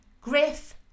Griff